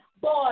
boy